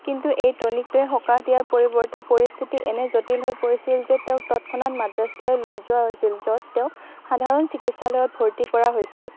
কিন্তু এই টনিকটোৱে সকাহ দিয়াৰ পৰিৱৰ্তে পৰিস্থিতি এনে জটিল হৈ পৰিছিল যে তেওঁক তৎক্ষণাত মাদ্ৰাছালৈ লৈ যোৱা হৈছিল য'ত তেওঁক সাধাৰণ চিকিৎসালয়ত ভৰ্তি কৰা হৈছিল